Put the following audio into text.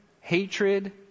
hatred